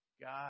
God